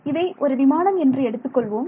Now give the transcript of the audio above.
இதை ஒரு விமானம் என்று எடுத்துக் கொள்வோம்